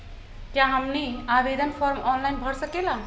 क्या हमनी आवेदन फॉर्म ऑनलाइन भर सकेला?